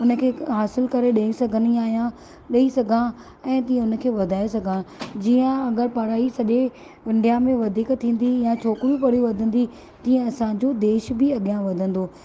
उन खे हासिल करे डे॒ई सघंदी आहियां ॾेई सघां ऐं तीअं उन खे वधाए सघां जीअं अगरि पढ़ाई सॼे इंडिया में वधीक थींदी या छोकिरियूं पढ़ी वधंदी तीअं असांजो देश बि अॻियां वधंदो